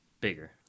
Bigger